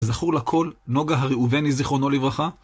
כזכור לכל, נוגה הראובני זיכרונו לברכה.